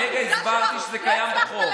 כרגע הסברתי שזה קיים בחוק.